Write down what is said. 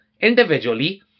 individually